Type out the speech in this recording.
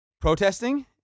protesting